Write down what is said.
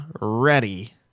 ready